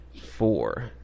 Four